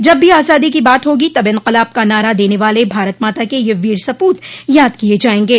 जब भी आजादी की बात होगी तब इंकलाब का नारा देने वाले भारत माता के यह वीर सपूत याद किये जायेंगे